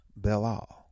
Belal